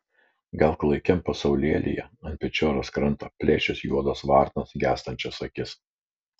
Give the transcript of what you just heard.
gal klaikiam pasaulyje ant pečioros kranto plėšys juodos varnos gęstančias akis